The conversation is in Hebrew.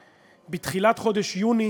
בתחילת חודש יוני